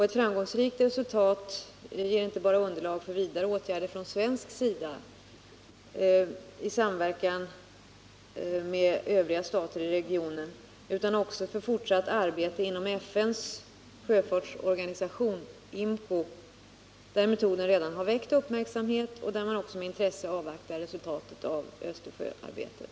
Ett framgångsrikt resultat ger inte bara underlag för vidare åtgärder från svensk sida i samarbete med övriga stater i regionen utan också för fortsatt arbete inom FN:s sjöfartsorganisation, IMCO, där metoden redan har väckt uppmärksamhet och där man med intresse avvaktar resultatet av Östersjöarbetet.